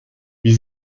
wie